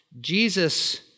Jesus